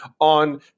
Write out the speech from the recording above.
on